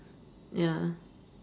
ya